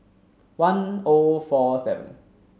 one O four seven